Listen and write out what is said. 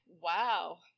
Wow